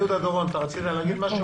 יהודה דורון, בבקשה.